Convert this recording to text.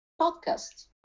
Podcast